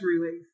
relief